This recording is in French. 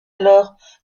alors